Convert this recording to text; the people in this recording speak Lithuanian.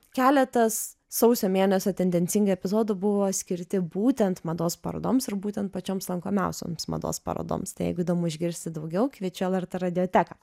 keletas sausio mėnesio tendencingai epizodų buvo skirti būtent mados parodoms ir būtent pačioms lankomiausiomis mados parodoms tai jeigu įdomu išgirsti daugiau kviečiu į lrt radioteką